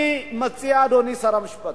אני מציע, אדוני שר המשפטים,